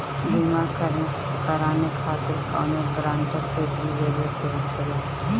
बीमा कराने खातिर कौनो ग्रानटर के भी जरूरत होखे ला?